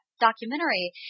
documentary